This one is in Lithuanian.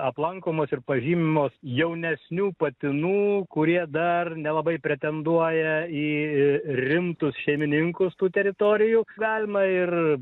aplankomos ir pažymimos jaunesnių patinų kurie dar nelabai pretenduoja į rimtus šeimininkus tų teritorijų galima ir